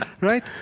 right